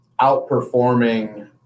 outperforming